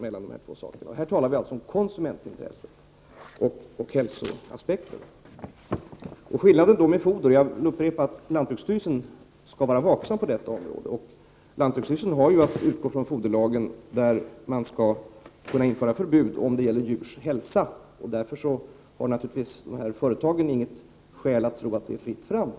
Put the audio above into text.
Men här talar vi om konsumentintresset och hälsoaspekten. Jag upprepar att lantbruksstyrelsen skall vara vaksam beträffande foder. Lantbruksstyrelsen har att utgå från foderlagen. Man kan införa förbud om det är befogat med tanke på djurs hälsa. Därför har företagen naturligtvis inget skäl att tro att det är fritt fram.